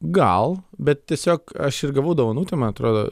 gal bet tiesiog aš ir gavau dovanų tai man atrodo